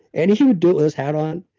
and he would do it with his hat on,